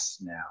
now